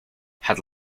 had